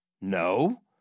No